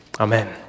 Amen